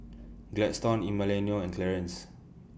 Gladstone Emiliano and Clarance